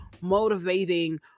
motivating